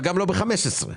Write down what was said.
וגם לא ב-15 שקלים.